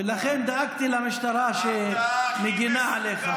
ולכן דאגתי למשטרה שמגינה עליך.